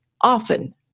often